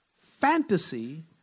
Fantasy